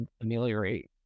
ameliorate